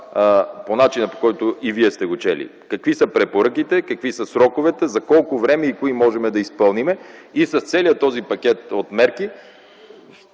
по начина, по който и вие сте го чели – какви са препоръките, какви са сроковете, за колко време и кои можем да изпълним. Целият този пакет от мерки